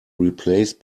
replaced